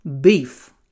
beef